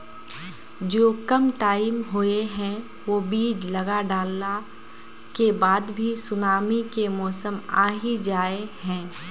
जो कम टाइम होये है वो बीज लगा डाला के बाद भी सुनामी के मौसम आ ही जाय है?